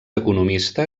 economista